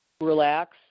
relax